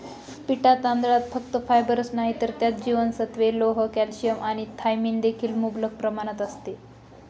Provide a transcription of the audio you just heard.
पिटा तांदळात फक्त फायबरच नाही तर त्यात जीवनसत्त्वे, लोह, कॅल्शियम आणि थायमिन देखील मुबलक प्रमाणात असते